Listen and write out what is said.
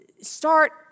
Start